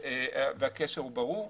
והקשר הוא ברור.